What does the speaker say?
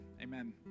amen